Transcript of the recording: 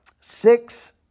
six